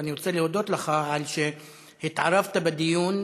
ואני רוצה להודות לך על שהתערבת בדיון,